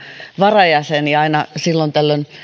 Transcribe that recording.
varajäsen ja aina silloin tällöin